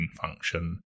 function